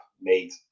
made